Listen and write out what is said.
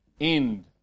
End